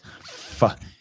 fuck